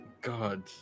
God